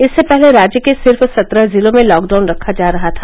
इससे पहले राज्य के सिर्फ सत्रह जिलों में लॉकडाउन रखा जा रहा था